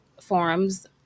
forums